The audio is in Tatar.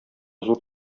зур